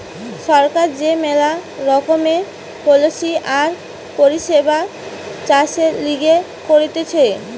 সরকার যে মেলা রকমের পলিসি আর পরিষেবা চাষের লিগে করতিছে